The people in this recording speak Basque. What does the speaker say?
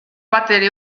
batere